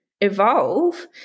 evolve